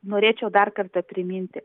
norėčiau dar kartą priminti